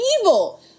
evil